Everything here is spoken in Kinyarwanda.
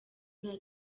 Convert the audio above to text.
nta